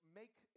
make